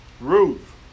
Ruth